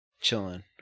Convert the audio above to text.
chilling